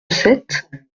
sept